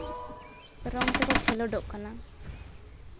ᱨᱚᱝ ᱛᱮᱠᱚ ᱠᱷᱮᱞᱳᱰᱚᱜ ᱠᱟᱱᱟ